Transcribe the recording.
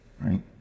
right